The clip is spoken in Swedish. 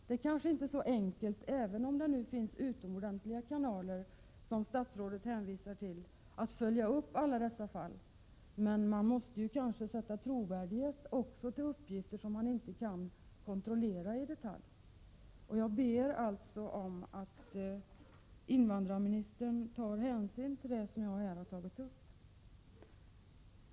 Det är inte så enkelt, även om det nu finns sådana utomordentliga kanaler som statsrådet hänvisar till, att följa upp alla dessa fall. Man måste också kunna sätta tro till uppgifter som man inte kan kontrollera i detalj. Jag ber alltså om att invandrarministern tar hänsyn till det som jag här har tagit upp.